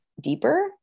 Deeper